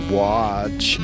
watch